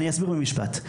אני אסביר במשפט.